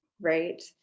right